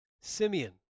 Simeon